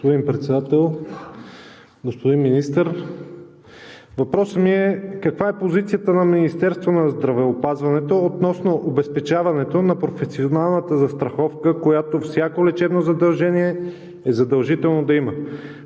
Господин Председател, господин Министър! Въпросът ми е: каква е позицията на Министерството на здравеопазването относно обезпечаването на професионалната застраховка, която всяко лечебно заведение е задължително да има,